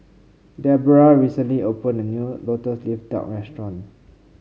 Deborrah recently opened a new lotus leaf duck restaurant